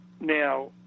Now